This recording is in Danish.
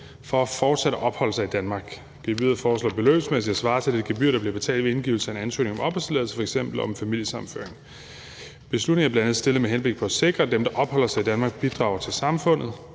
for fortsat at opholde sig i Danmark. Gebyret foreslås beløbsmæssigt at svare til det gebyr, der bliver betalt ved indgivelse af en ansøgning om opholdstilladelse, f.eks. om familiesammenføring. Beslutningsforslaget er bl.a. stillet med henblik på at sikre, at dem, der opholder sig i Danmark, bidrager til samfundet.